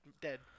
Dead